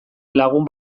lagun